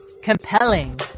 compelling